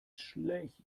schlecht